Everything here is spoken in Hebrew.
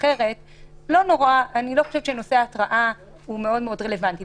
אני לא חושבת שנושא ההתראה הוא מאוד רלוונטי.